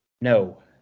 no